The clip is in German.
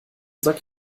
sack